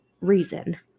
reason